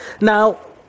Now